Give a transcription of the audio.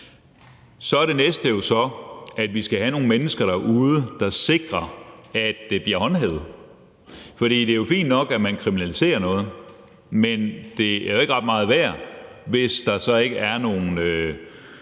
Så er det næste så, at vi skal have nogle mennesker derude, der sikrer, at det bliver håndhævet. For det er jo fint nok, at man kriminaliserer noget, men det er jo ikke ret meget værd, hvis der så ikke er nogen